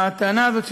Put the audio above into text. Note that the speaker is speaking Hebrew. הטענה הזאת,